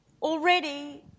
Already